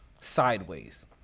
sideways